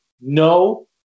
no